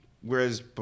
whereas